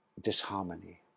disharmony